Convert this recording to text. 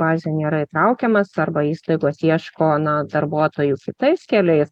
bazėj nėra įtraukiamas arba įstaigos ieško na darbuotojų kitais keliais